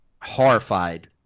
horrified